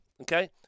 okay